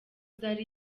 zari